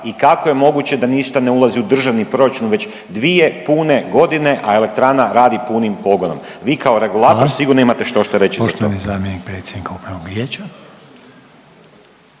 i kako je moguće da ništa ne ulazi u državni proračun već dvije pune godine, a elektrana radi punim pogonom? Vi kao regulator …/Upadica Reiner: